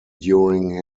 during